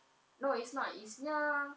no it's not it's near